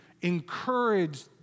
encourage